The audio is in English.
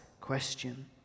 question